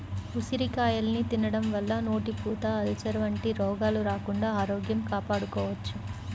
ఉసిరికాయల్ని తినడం వల్ల నోటిపూత, అల్సర్లు వంటి రోగాలు రాకుండా ఆరోగ్యం కాపాడుకోవచ్చు